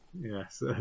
yes